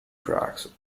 tracks